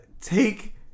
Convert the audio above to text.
Take